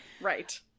Right